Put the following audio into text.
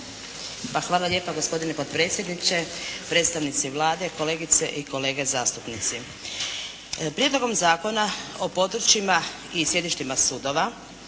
Hvala lijepa. Gospodine potpredsjedniče, predstavnici Vlade, kolegice i kolege zastupnici. Prijedlogom zakona o područjima i sjedištima sudova